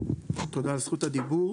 תודה על זכות הדיבור,